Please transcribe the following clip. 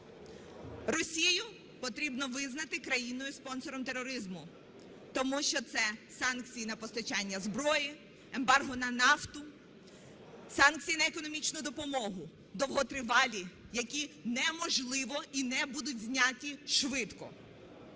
Росію потрібно визнати країною - спонсором тероризму, тому що це санкції на постачання зброї, ембарго на нафту, санкції на економічну допомогу довготривалі, які неможливо і не будуть зняті швидко.